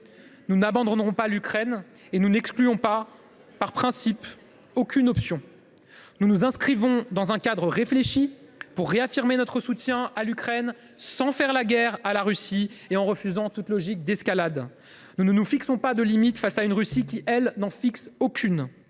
nous n’abandonnerons pas l’Ukraine et nous n’excluons par principe aucune option. Nous nous inscrivons dans un cadre réfléchi pour réaffirmer notre soutien à l’Ukraine, mais sans faire la guerre à la Russie et en refusant toute logique d’escalade. Nous ne nous fixons pas de limites face à une Russie qui, elle, n’en fixe aucune.